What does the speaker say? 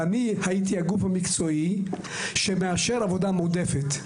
ואני הייתי הגוף המקצועי שמאשר עבודה מועדפת,